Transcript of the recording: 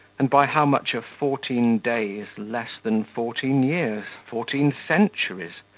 and by how much are fourteen days less than fourteen years, fourteen centuries?